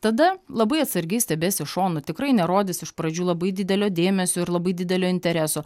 tada labai atsargiai stebės iš šonų tikrai nerodys iš pradžių labai didelio dėmesio ir labai didelio intereso